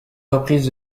reprises